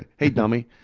hey, dummy.